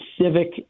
civic